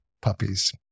puppies